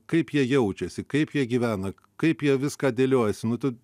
kaip jie jaučiasi kaip jie gyvena kaip jie viską dėliojasi nu tu